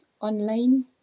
online